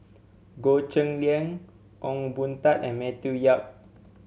Goh Cheng Liang Ong Boon Tat and Matthew Yap